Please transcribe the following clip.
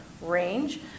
range